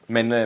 Men